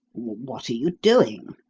what are you doing?